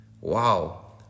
Wow